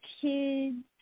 kids